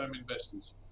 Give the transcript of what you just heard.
investors